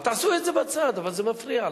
תעשו את זה בצד, אבל זה מפריע לנו.